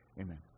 Amen